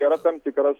yra tam tikras